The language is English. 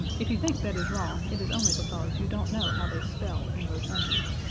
if you think that is wrong it is only because you don't know how they spell in rotundia.